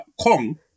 Kong